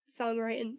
songwriting